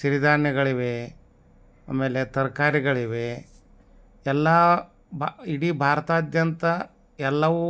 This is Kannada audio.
ಸಿರಿಧಾನ್ಯಗಳಿವೆ ಆಮೇಲೆ ತರಕಾರಿಗಳಿವೆ ಎಲ್ಲ ಬ ಇಡೀ ಭಾರತಾದ್ಯಂತ ಎಲ್ಲವೂ